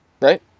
right